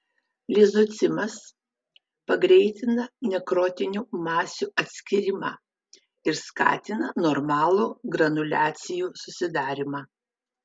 lizocimas pagreitina nekrotinių masių atskyrimą ir skatina normalų granuliacijų susidarymą